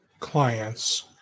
Clients